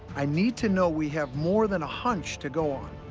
i need to know we have more than a hunch to go on.